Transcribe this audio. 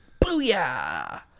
Booyah